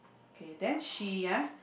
K then she uh